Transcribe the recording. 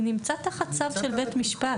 הוא נמצא תחת צו של בית משפט.